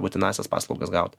būtinąsias paslaugas gauti